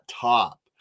top